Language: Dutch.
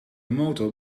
motor